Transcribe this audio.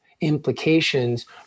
implications